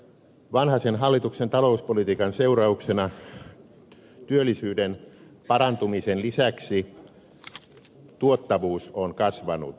vanhasen hallituksen talouspolitiikan seurauksena työllisyyden parantumisen lisäksi tuottavuus on kasvanut